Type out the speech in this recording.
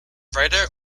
writer